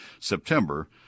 September